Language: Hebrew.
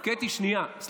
קטי, שנייה.